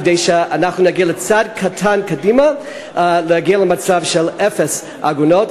כדי שנעשה צעד קטן קדימה כדי להגיע למצב של אפס עגונות.